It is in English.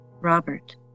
Robert